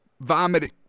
vomiting